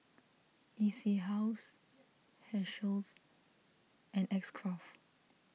E C House Herschel's and X Craft